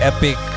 Epic